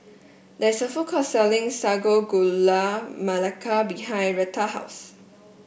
there is a food court selling Sago Gula Melaka behind Rheta's house